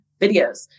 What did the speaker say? videos